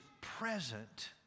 present